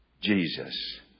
Jesus